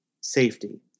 safety